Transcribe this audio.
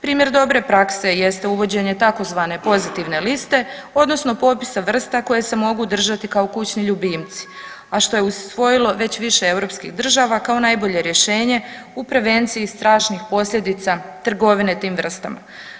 Primjer dobre prakse jeste uvođenje tzv. pozitivne liste odnosno popisa vrsta koje se mogu držati kao kućni ljubimci, a što je usvojilo već više europskih država kao najbolje rješenje u prevenciji strašnih posljedica trgovine tim vrstama.